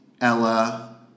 Ella